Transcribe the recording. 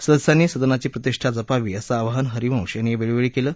सदस्यांनी सदनाची प्रतिष्ठा जपावी असं आवाहन हरिवंश यांनी वेळोवेळी केलं